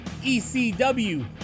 ECW